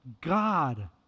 God